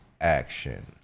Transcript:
action